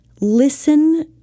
Listen